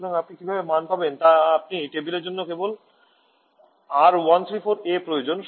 সুতরাং আপনি কীভাবে মান পাবেন তা আপনি টেবিলের জন্য কেবল R134a প্রয়োজন